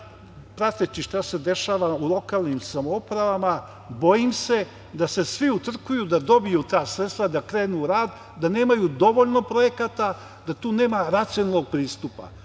Prateći šta se dešava u lokalnim samoupravama, bojim se da se svi utrkuju da dobiju ta sredstva, da krenu u rad, da nemaju dovoljno projekata, da tu nema racionalnog pristupa.